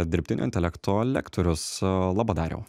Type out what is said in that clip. dirbtinio intelekto lektorius laba dariau